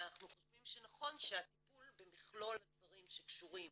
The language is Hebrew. ואנחנו חושבים שנכון שהטיפול במכלול הדברים שקשורים